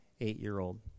eight-year-old